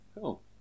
cool